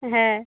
হ্যাঁ